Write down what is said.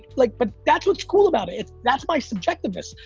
like but that's what's cool about it. that's my subjectiveness.